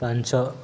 ପାଞ୍ଚ